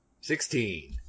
Sixteen